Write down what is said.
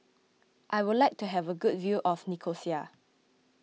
I would like to have a good view of Nicosia